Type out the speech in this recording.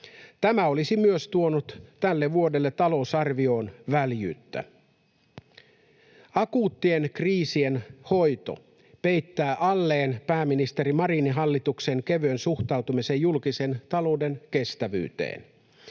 Tämä olisi myös tuonut tälle vuodelle talousarvioon väljyyttä. Akuuttien kriisien hoito peittää alleen pääministeri Marinin hallituksen kevyen suhtautumisen julkisen talouden kestävyyteen.